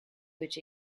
which